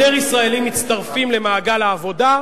יותר ישראלים מצטרפים למעגל העבודה.